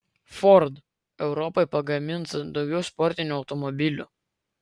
ford europai pagamins daugiau sportinių automobilių